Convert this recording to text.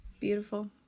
beautiful